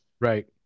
right